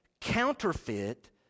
counterfeit